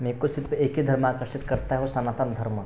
मेरे को सिर्फ एक ही धर्म आकर्षित करता है वो सनातन धर्म